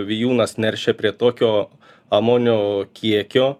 vijūnas neršia prie tokio amonio kiekio